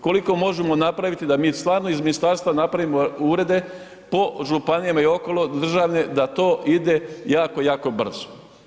Koliko možemo napraviti da mi stvarno iz ministarstva napravimo urede po županijama i okolo državne da to ide jako, jako brzo.